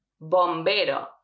bombero